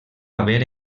haver